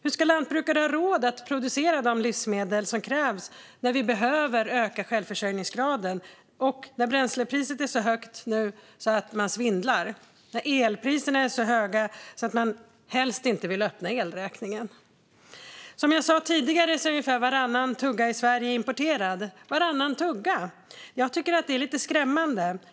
Hur ska lantbrukare ha råd att producera de livsmedel som krävs när vi behöver öka självförsörjningsgraden, när bränslepriset nu är så högt att tanken svindlar och när elpriserna är så höga att man helst inte vill öppna elräkningen? Som jag sa tidigare är ungefär varannan tugga i Sverige importerad - varannan tugga! Jag tycker att det är lite skrämmande.